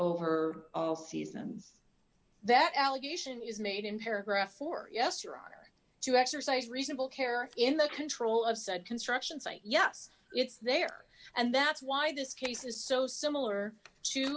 over the seasons that allegation is made in paragraph four yes your honor to exercise reasonable care in the control of said construction site yes it's there and that's why this case is so similar to